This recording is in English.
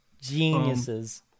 Geniuses